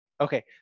Okay